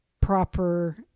proper